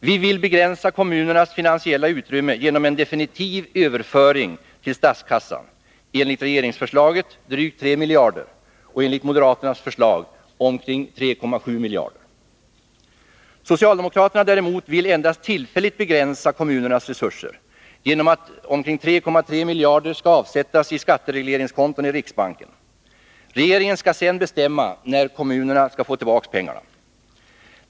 Vi vill begränsa kommunernas finansiella utrymme genom en definitiv överföring till statskassan, enligt regeringsförslaget med drygt 3 miljarder och enligt moderaternas förslag med ca 3,7 miljarder. Socialdemokraterna däremot vill endast tillfälligt begränsa kommunernas resurser genom att avsätta ca 3,3 miljarder i skatteregleringskonton i riksbanken. Regeringen skall senare bestämma när kommunerna skall få tillbaka pengarna.